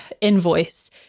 invoice